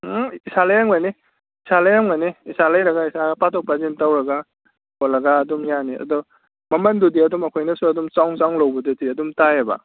ꯎꯝ ꯏꯁꯥ ꯂꯩꯔꯝꯒꯅꯤ ꯏꯁꯥ ꯂꯩꯔꯝꯒꯅꯤ ꯏꯁꯥ ꯂꯩꯔꯒ ꯏꯁꯥꯒ ꯄꯥꯊꯣꯛ ꯄꯥꯁꯤꯟ ꯇꯧꯔꯒ ꯈꯣꯠꯂꯒ ꯑꯗꯨꯝ ꯌꯥꯅꯤ ꯑꯗꯣ ꯃꯃꯟꯗꯨꯗꯤ ꯑꯗꯨꯝ ꯑꯩꯈꯣꯏꯅꯁꯨ ꯑꯗꯨꯝ ꯆꯥꯎꯅ ꯆꯥꯎꯅ ꯂꯧꯕꯗꯗꯤ ꯑꯗꯨꯝ ꯇꯥꯏꯑꯕ